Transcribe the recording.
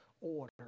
order